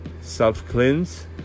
self-cleanse